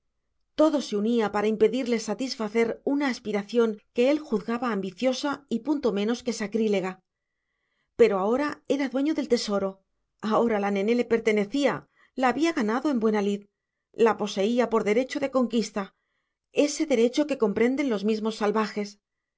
todo se unía para impedirle satisfacer una aspiración que él juzgaba ambiciosa y punto menos que sacrílega pero ahora era dueño del tesoro ahora la nené le pertenecía la había ganado en buena lid la poseía por derecho de conquista ese derecho que comprenden los mismos salvajes